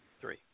Three